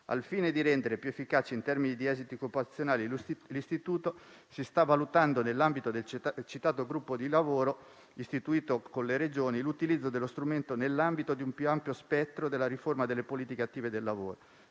Al fine di rendere più efficace in termini di esiti occupazionali l'istituto, si sta valutando, nell'ambito del citato gruppo di lavoro istituito con le Regioni, l'utilizzo dello strumento nell'ambito di un più ampio spettro della riforma delle politiche attive del lavoro,